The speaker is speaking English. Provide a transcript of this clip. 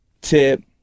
tip